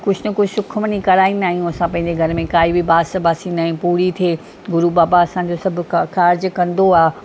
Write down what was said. कुझु न कुझु सुखमनी कराईंदा आहियूं असां पंहिंजे घर में काई बि बास बासींदा आहियूं पूरी थिए गुरू बाबा असांजा सभु का कार्ज कंदो आहे